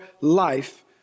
life